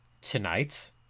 tonight